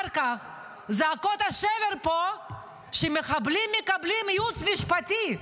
זעקות השבר פה כשמחבלים מקבלים ייעוץ משפטי.